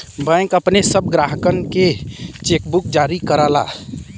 bank अपने सब ग्राहकनके चेकबुक जारी करला